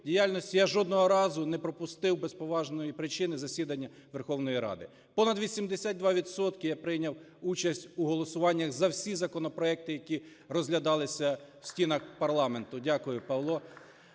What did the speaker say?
я жодного разу не пропустив без поважної причини засідання Верховної Ради. Понад 82 відсотки я прийняв участь у голосуваннях за всі законопроекти, які розглядалися в стінах парламенту. (Оплески) Дякую, Павло.